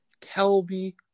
Kelby